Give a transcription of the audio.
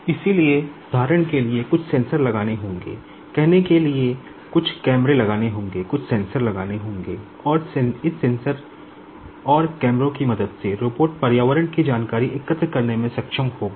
इसलिए उदाहरण के लिए कुछ सेंसर लगाने होंगे कहने के लिए कुछ कैमरे लगाने होंगे कुछ सेंसर लगाने होंगे और इस सेंसर और कैमरों की मदद से रोबोट पर्यावरण की जानकारी एकत्र करने में सक्षम होगा